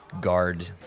guard